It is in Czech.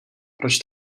proč